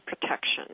protection